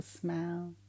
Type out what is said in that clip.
smell